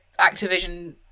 Activision